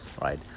right